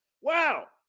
Wow